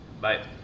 Bye